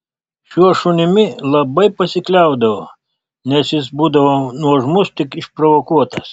šiuo šunimi labai pasikliaudavo nes jis būdavo nuožmus tik išprovokuotas